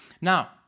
Now